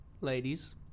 ladies